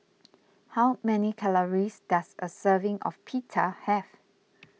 how many calories does a serving of Pita have